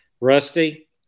Rusty